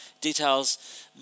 Details